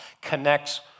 connects